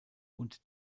und